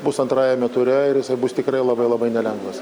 bus antrajame ture ir jisai bus tikrai labai labai nelengvas